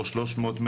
לא 300 מטר,